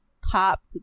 copped